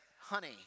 honey